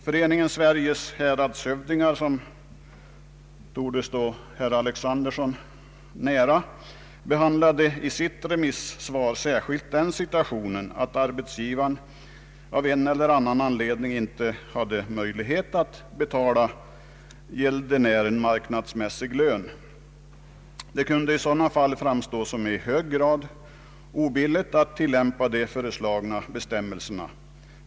Föreningen Sveriges häradshövdingar, som torde stå herr Alexanderson nära, behandlade i sitt remissvar särskilt den situationen, att arbetsgivaren av en eller annan anledning inte hade möjlighet att betala gäldenären marknadsmässig lön. Det kunde i sådana fall framstå som i hög grad obilligt att tilllämpa de föreslagna bestämmelserna.